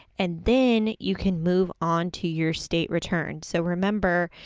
and then you can move on to your state return. so, remember,